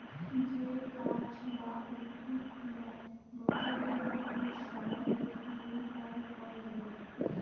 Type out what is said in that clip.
যে গাছ বা উদ্ভিদ গিলা বছরের দুই সময়ত দুই বার ফল ধরি